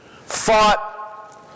fought